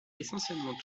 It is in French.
essentiellement